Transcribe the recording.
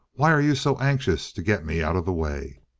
why you so anxious to get me out of the way?